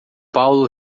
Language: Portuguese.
paulo